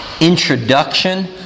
introduction